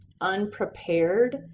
unprepared